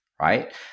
right